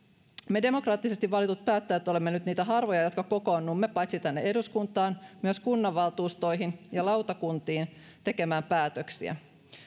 me demokraattisesti valitut päättäjät olemme nyt niitä harvoja jotka kokoonnumme paitsi tänne eduskuntaan myös kunnanvaltuustoihin ja lautakuntiin tekemään päätöksiä